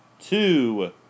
two